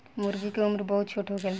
मूर्गी के उम्र बहुत छोट होखेला